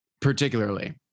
particularly